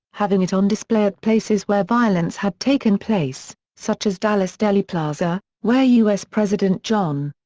having it on display at places where violence had taken place, such as dallas' dealey plaza, where us president john.